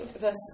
verse